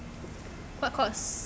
what course